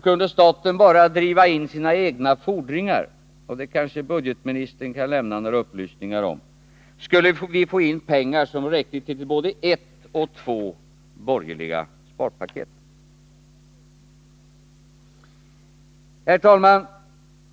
Kunde staten bara driva in sina egna fordringar — det kanske budgetministern kan lämna några upplysningar om — skulle vi få in pengar som räckte till både ett och två borgerliga sparpaket. Herr talman!